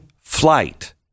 flight